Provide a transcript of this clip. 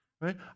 right